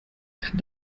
kann